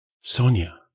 Sonia